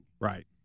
Right